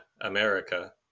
America